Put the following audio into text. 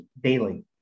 daily